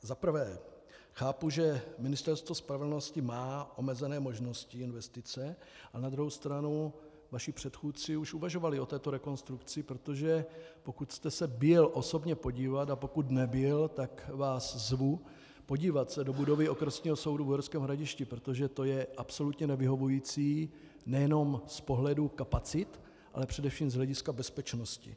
Za prvé chápu, že Ministerstvo spravedlnosti má omezené možnosti investice, na druhou stranu vaši předchůdci už uvažovali o této rekonstrukci, protože pokud jste se byl osobně podívat, a pokud nebyl, tak vás zvu, podívat se do budovy Okresního soudu v Uherském Hradišti, protože to je absolutně nevyhovující nejenom z pohledu kapacit, ale především z hlediska bezpečnosti.